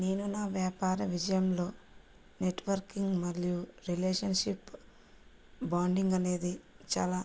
నేను నా వ్యాపార విజయంలో నెట్వర్కింగ్ మరియు రిలేషన్షిప్ బాండింగ్ అనేది చాలా